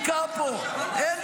היושב-ראש יסכים לי.